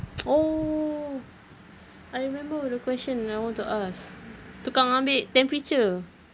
oo I remember the question that I want to ask tukang ambil temperature